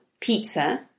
pizza